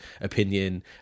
opinion